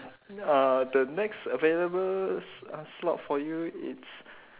uh the next available sl~ slot for you it's